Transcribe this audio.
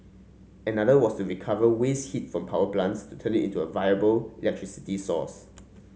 another was to recover waste heat from power plants to turn it into a viable electricity source